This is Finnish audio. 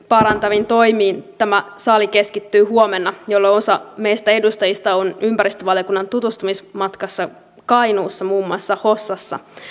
parantaviin toimiin tämä sali keskittyy huomenna jolloin osa meistä edustajista on ympäristövaliokunnan tutustumismatkalla kainuussa muun muassa hossassa